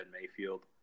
Mayfield